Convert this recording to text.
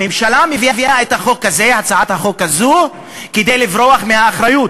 הממשלה מביאה את הצעת החוק הזאת כדי לברוח מאחריות,